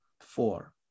four